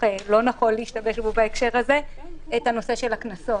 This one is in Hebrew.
נושא הקנסות,